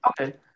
Okay